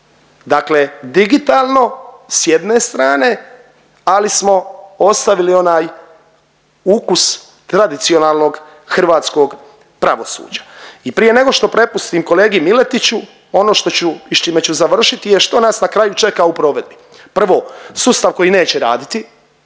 dakle digitalno s jedne strane, ali smo ostavili onaj ukus tradicionalnog hrvatskog pravosuđa i prije nego što prepustim kolegi Miletiću, ono što ću i s čime ću završiti je što nas na kraju čeka u provedbi? Prvi, sustav koji neće raditi,